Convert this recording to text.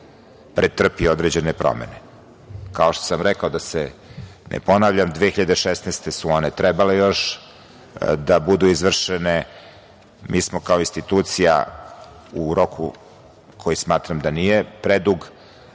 pretrpi određene promene, a kao što sam rekao, da se ne ponavljam, 2016. godine su one trebale da budu izvršene, a mi smo kao institucija u roku za koji smatram da nije predug,